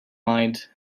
mind